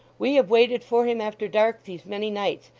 we have waited for him after dark these many nights,